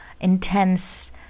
intense